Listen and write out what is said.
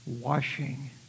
Washing